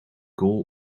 goal